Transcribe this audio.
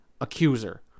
accuser